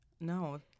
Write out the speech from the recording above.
No